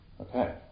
Okay